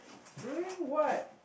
during what